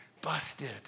busted